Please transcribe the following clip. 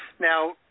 Now